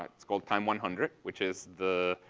like it's called time one hundred which is the,